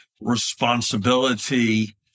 responsibility